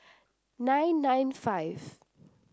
nine nine five